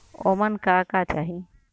ओमन का का चाही?